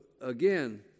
again